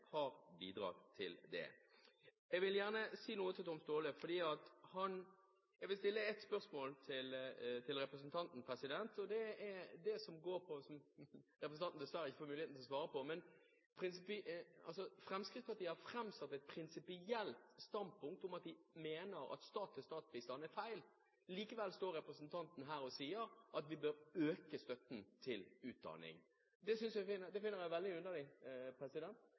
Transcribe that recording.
Jeg vil gjerne si noe til Tom Staahle. Jeg vil stille ett spørsmål til representanten som representanten dessverre ikke får muligheten til å svare på. Fremskrittspartiet har framsatt et prinsipielt standpunkt om at de mener at stat-til-stat-bistand er feil. Likevel står representanten her og sier at vi bør øke støtten til utdanning. Det finner jeg veldig underlig, for det